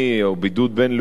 או בידוד בין-לאומי,